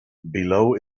below